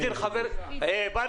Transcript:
לא.